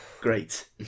Great